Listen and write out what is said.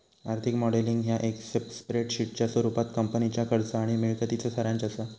आर्थिक मॉडेलिंग ह्या एक स्प्रेडशीटच्या स्वरूपात कंपनीच्या खर्च आणि मिळकतीचो सारांश असा